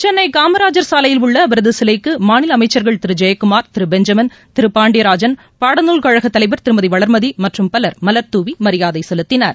சென்னை காமராஜர் சாலையில் உள்ள காமராஜர் சிலைக்கு மாநில அமைச்சர்கள் திரு ஜெயக்குமார் திர் பெஞ்சமின் திர் பாண்டியராஜன் பாடநூல் கழக தலைவர் திருமதி வளர்மதி மற்றும் பலர் மலர் துாவி மரியாதை செலுத்தினர்